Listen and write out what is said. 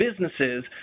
businesses